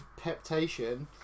peptation